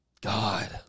God